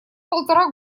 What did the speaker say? полтора